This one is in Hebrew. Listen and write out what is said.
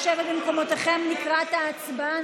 נא לשבת במקומותיכם לקראת ההצבעה.